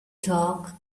talk